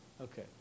Okay